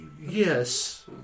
yes